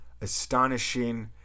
Astonishing